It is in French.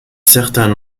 certain